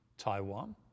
Taiwan